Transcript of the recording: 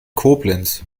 koblenz